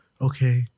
okay